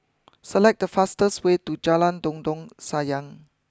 select the fastest way to Jalan Sayang